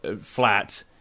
flat